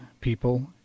people